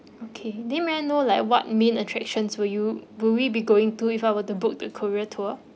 okay did may I know like what main attractions will you will we be going to if I were the book to korea tour